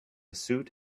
suit